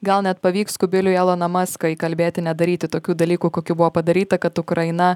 gal net pavyks kubiliui eloną muską įkalbėti nedaryti tokių dalykų kokių buvo padaryta kad ukraina